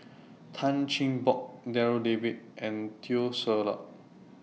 Tan Cheng Bock Darryl David and Teo Ser Luck